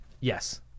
Yes